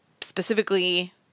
specifically